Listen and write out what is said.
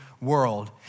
world